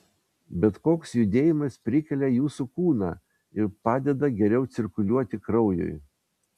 bet koks judėjimas prikelia jūsų kūną ir padeda geriau cirkuliuoti kraujui